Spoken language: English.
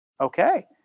okay